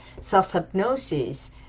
self-hypnosis